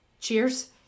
cheers